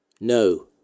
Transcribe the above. No